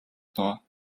доо